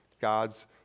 God's